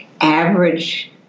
average